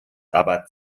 aber